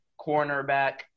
cornerback